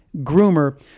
Groomer